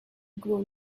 grow